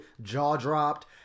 jaw-dropped